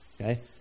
Okay